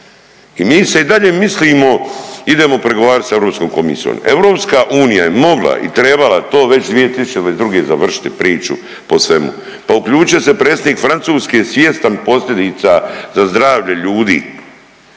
I mi se i dalje mislimo idemo pregovarat sa Europskom komisijom. EU je mogla i trebala to već 2022. završiti priču po svemu, pa uključio se predsjednik Francuske svjestan posljedica za zdravlje ljudi,